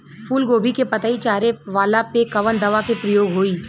फूलगोभी के पतई चारे वाला पे कवन दवा के प्रयोग होई?